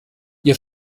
ihr